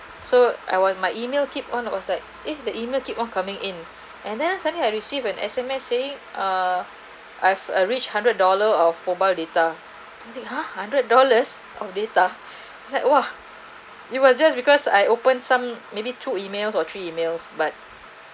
so I was my email keep on was like eh the email keep on coming in and then suddenly I receive an S_M_S saying ah I've I've a reach hundred dollar of mobile data I think ha a hundred dollars of data it's like !wah! it was just because I open some maybe two emails or three emails but